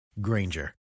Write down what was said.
Granger